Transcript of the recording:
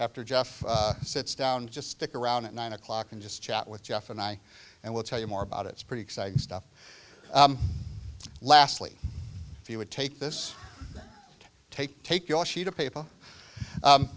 after jeff sits down just stick around at nine o'clock and just chat with jeff and i and we'll tell you more about it's pretty exciting stuff lastly if you would take this take take your sheet of paper